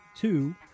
two